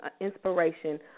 inspiration